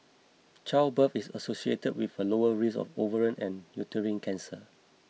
childbirth is associated with a lower risk of ovarian and uterine cancer